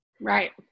right